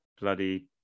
Bloody